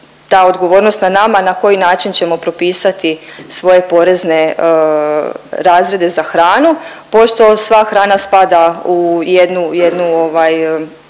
ta odgovornost na nama na koji način ćemo propisati svoje porezne razrede za hranu pošto sva hrana spada u jednu,